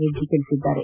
ರೆಡ್ಡಿ ತಿಳಿಸಿದ್ದಾರೆ